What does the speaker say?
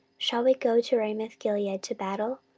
shall we go to ramothgilead to battle,